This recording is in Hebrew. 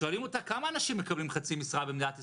שואלים אותה כמה אנשים מקבלים חצי משרה במדינת ישראל,